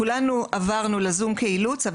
כולנו עברנו לזום כאילוץ,